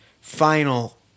final